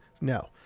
No